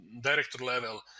director-level